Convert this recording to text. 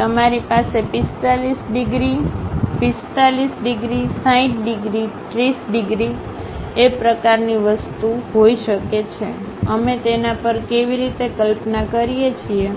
તમારી પાસે 45 degree 45 degree 60 degree 30 degree પ્રકારની વસ્તુ હોઈ શકે છે અમે તેના પર કેવી રીતે કલ્પના કરીએ છીએ